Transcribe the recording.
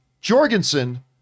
Jorgensen